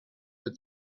that